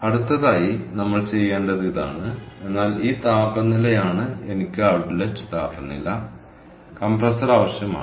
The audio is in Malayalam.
അടുത്തതായി നമ്മൾ ചെയ്യേണ്ടത് ഇതാണ് എന്നാൽ ഈ താപനിലയാണ് എനിക്ക് ഔട്ട്ലെറ്റ് താപനില കംപ്രസർ ആവശ്യമാണ്